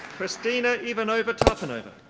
hristina ivanova tarpanova.